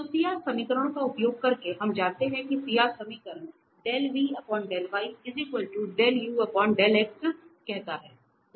तो CR समीकरणों का उपयोग करके हम जानते हैं कि CR समीकरण कहता है